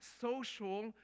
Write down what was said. social